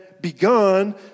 begun